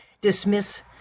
dismiss